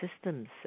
systems